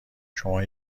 شما